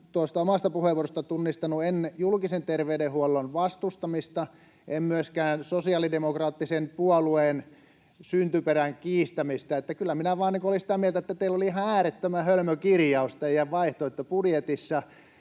tuosta omasta puheenvuorostani nyt ihan tunnistanut julkisen terveydenhuollon vastustamista, en myöskään sosiaalidemokraattisen puolueen syntyperän kiistämistä. Minä vaan olin kyllä sitä mieltä, että teillä oli ihan äärettömän hölmö kirjaus teidän vaihtoehtobudjetissanne.